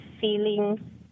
feeling